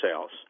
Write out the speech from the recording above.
sales